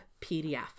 PDF